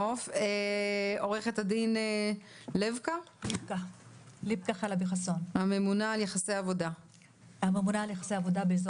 עו"ד לבקה חלבי-חסון, הממונה על יחסי עבודה באזור